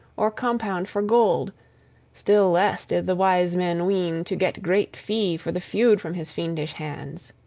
or compound for gold still less did the wise men ween to get great fee for the feud from his fiendish hands.